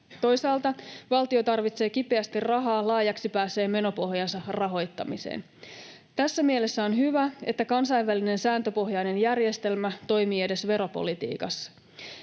Toisaalta valtio tarvitsee kipeästi rahaa laajaksi päässeen menopohjansa rahoittamiseen. Tässä mielessä on hyvä, että kansainvälinen sääntöpohjainen järjestelmä toimii edes veropolitiikassa.